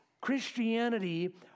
Christianity